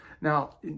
Now